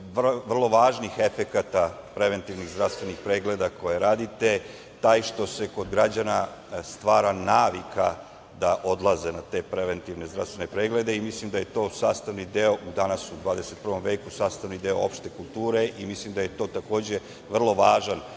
vrlo važnih efekata preventivnih zdravstvenih pregleda koje radite taj što se kod građana stvara navika da odlaze na te preventivne zdravstvene preglede i mislim da je to sastavni deo, danas u 21. veku, sastavni deo opšte kulture i mislim da je to takođe vrlo važan